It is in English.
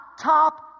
top